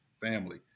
family